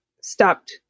stopped